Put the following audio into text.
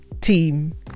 team